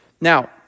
Now